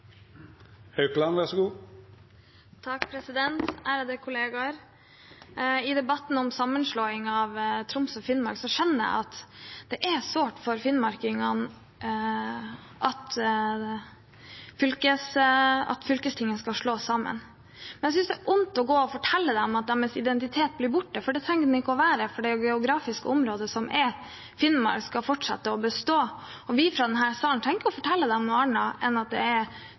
sårt for finnmarkingene at fylkestingene skal slås sammen. Jeg synes det er leit å gå og fortelle dem at identiteten deres blir borte, for det trenger den ikke å være. Det geografiske området som er Finnmark, skal fortsette å bestå, og vi trenger ikke fortelle dem noe annet her fra denne salen enn at det er to administrative nivåer som skal slås sammen, nettopp for å sikre at de får bedre tjenester. Jeg mener det er